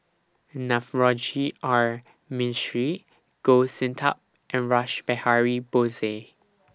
Navroji R Mistri Goh Sin Tub and Rash Behari Bose